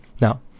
Now